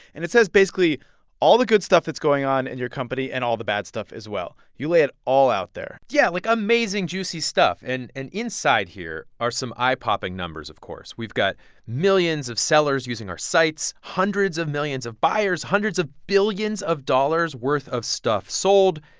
and it says basically all the good stuff that's going on in your company and all the bad stuff as well. you lay it all out there yeah, like, amazing, juicy stuff. and and inside here are some eye-popping numbers, of course. we've got millions of sellers using our sites, hundreds of millions of buyers, hundreds of billions of dollars-worth of stuff sold.